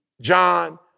John